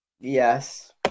Yes